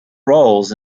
roles